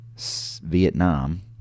Vietnam